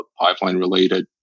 pipeline-related